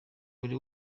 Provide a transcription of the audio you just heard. buri